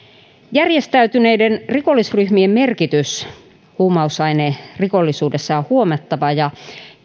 järjestäytyneiden rikollisryhmien merkitys huumausainerikollisuudessa on huomattava ja